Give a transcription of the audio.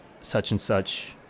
such-and-such